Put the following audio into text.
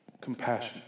Compassion